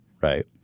right